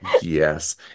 Yes